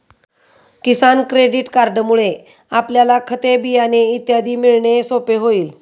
किसान credit कार्डमुळे आपल्याला खते, बियाणे इत्यादी मिळणे सोपे होईल